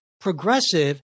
progressive